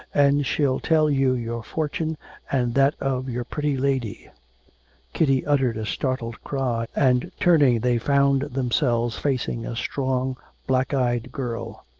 and she'll tell you your fortune and that of your pretty lady kitty uttered a startled cry and turning they found themselves facing a strong black-eyed girl.